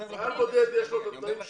חייל בודד, יש לו את התנאים שלו.